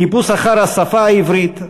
חיפוש אחר השפה העברית,